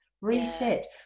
Reset